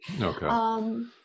Okay